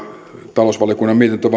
talousvaliokunnan mietintö